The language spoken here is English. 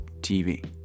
TV